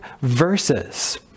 verses